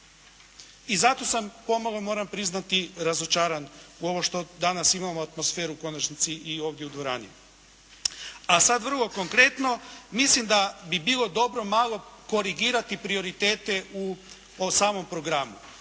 I zato sam pomalo moram priznati razočaran u ovo što danas imamo atmosferu u konačnici i ovdje u dvorani. A sad vrlo konkretno. Mislim da bi bilo dobro malo korigirati prioritete o samom programu.